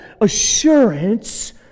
assurance